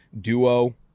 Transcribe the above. Duo